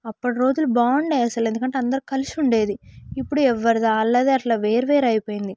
అప్పటి రోజులు బాగుండే అసలు ఎందుకంటే అందరు కలిసి ఉండేది ఇప్పుడు ఎవరిది వాళ్ళదే అట్లా వేరు వేరు అయిపోయింది